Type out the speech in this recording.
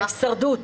על ההישרדות.